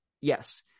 yes